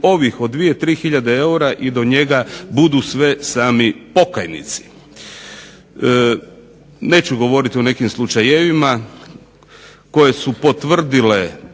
ovih od 2, 3 tisuće eura i do njega budu sve sami pokajnici. Neću govoriti o nekim slučajevima koje su potvrdile